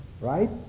right